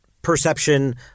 Perception